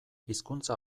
hizkuntza